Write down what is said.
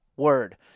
word